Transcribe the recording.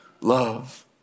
love